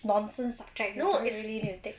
nonsense subject if you really gonna take